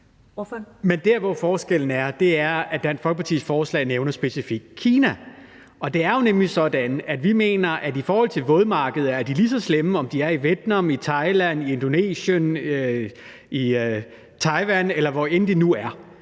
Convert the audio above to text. Men forskellen er, at Dansk Folkepartis forslag nævner specifikt Kina, og det er jo nemlig sådan, at vi mener, at vådmarkeder er de lige så slemme, om de er i Vietnam, i Thailand, i Indonesien, i Taiwan, eller hvor de nu er.